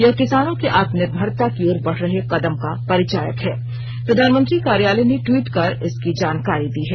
यह किसानों के आत्मनिर्भरता की ओर बढ़ रहे कदम का परिचायक है प्रधानमंत्री कार्यालय ने ट्वीट कर इसकी जानकारी दी है